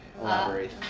elaborate